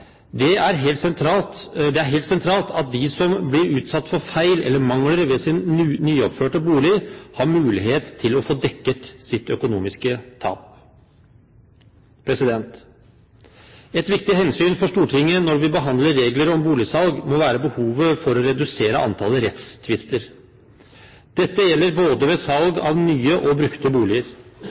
Det er helt sentralt at de som blir utsatt for feil eller mangler ved sin nyoppførte bolig, har mulighet til å få dekket sitt økonomiske tap. Et viktig hensyn for Stortinget når vi behandler regler om boligsalg, må være behovet for å redusere antallet rettstvister. Dette gjelder ved salg av både nye og brukte boliger.